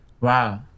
Wow